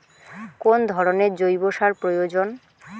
কোন ধরণের জৈব সার প্রয়োজন?